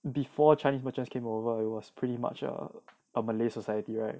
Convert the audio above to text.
before chinese merchants came over it was pretty much uh uh malay society right